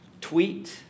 tweet